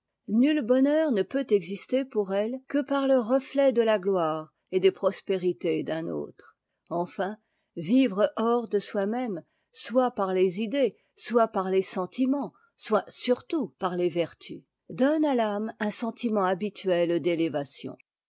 nui bonheur ne peut exister pour elles que par le reflet de la gloire et des'prospérités d'un autre enfin vivrehors de soi-même soit par tes idées soit par les sentiments soit surtout par les vertus donne à l'âme un sentiment